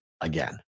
Again